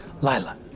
Lila